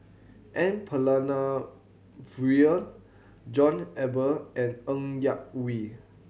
N Palanivelu John Eber and Ng Yak Whee